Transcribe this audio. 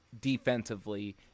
defensively